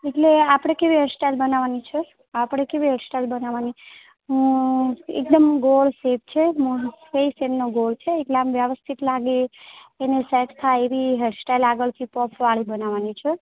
એટલે આપણે કેવી હેરસ્ટાઈલ બનાવવાની છે આપણે કેવી હેરસ્ટાઈલ બનાવવાની છે અમમ એકદમ ગોળ ફેસ છે મોઢું ફેસ એમનો ગોળ છે એટલે આમ વ્યવસ્થિત લાગે એને સેટ થાય એવી હેરસ્ટાઈલ આગળથી પફવાળી બનાવવાની છે